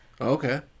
Okay